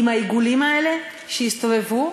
עם העיגולים האלה שהסתובבו?